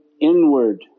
inward